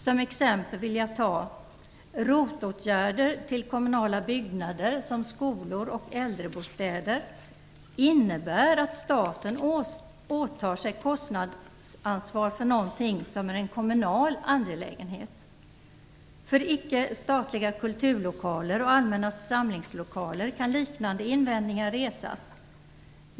Som exempel vill jag peka på att ROT-åtgärder till kommunala byggnader som skolor och äldrebostäder innebär att staten åtar sig kostnadsansvar för någonting som är en kommunal angelägenhet. När det gäller icke-statliga kulturlokaler och allmänna samlingslokaler kan liknande invändningar resas.